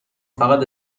فقط